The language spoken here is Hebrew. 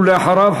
ואחריו,